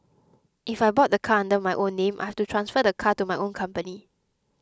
if I bought the car under my own name I have to transfer the car to my own company